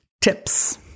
tips